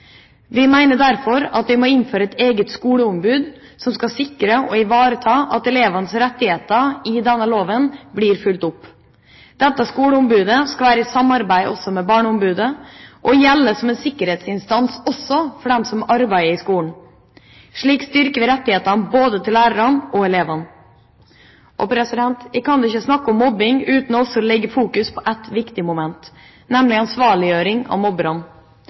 Vi mener derfor at vi må innføre et eget skoleombud som skal sikre og ivareta at elevenes rettigheter i henhold til denne loven blir fulgt opp. Dette skoleombudet skal samarbeide med Barneombudet og gjelde som en sikkerhetsinstans også for dem som arbeider i skolen. Slik styrker vi rettighetene til både lærerne og elevene. En kan ikke snakke om mobbing uten å fokusere på et viktig moment, nemlig ansvarliggjøring av